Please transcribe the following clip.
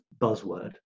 buzzword